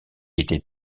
était